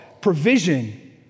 provision